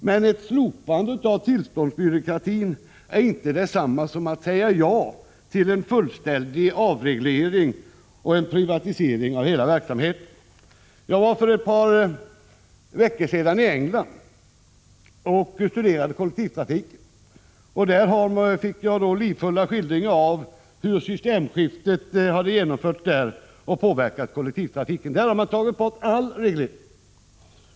Men ett slopande av tillståndsbyråkratin är inte detsamma som att säga ja till en fullständig avreglering och en privatisering av hela verksamheten. Jag var för ett par veckor sedan i England och studerade kollektivtrafiken. Där fick jag livfulla skildringar av hur systemskiftet hade genomförts och påverkat kollektivtrafiken. Man hade tagit bort all reglering.